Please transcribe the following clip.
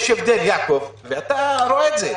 יש הבדל, יעקב, ואתה רואה את זה.